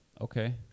okay